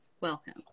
Welcome